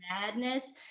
Madness